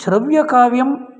श्रव्यकाव्यं